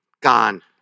gone